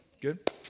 Good